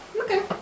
Okay